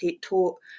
taught